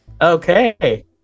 Okay